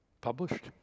published